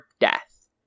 death